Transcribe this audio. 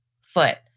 foot